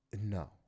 No